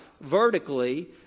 vertically